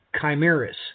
chimeras